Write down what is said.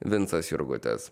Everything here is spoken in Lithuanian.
vincas jurgutis